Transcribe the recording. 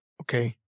Okay